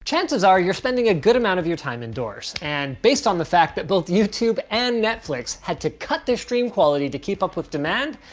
chances are you're spending a good amount of your time indoors, and based on the fact that both youtube and netflix had to cut their stream quality to keep up with demand,